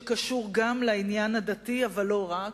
שקשור גם לעניין הדתי אבל לא רק,